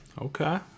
Okay